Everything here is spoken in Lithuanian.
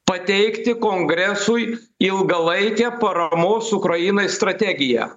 pateikti kongresui ilgalaikę paramos ukrainai strategiją